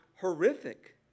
horrific